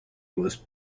was